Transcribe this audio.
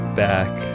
back